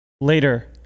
later